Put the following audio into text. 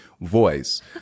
voice